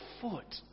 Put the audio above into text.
foot